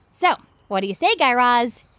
so what do you say, guy raz?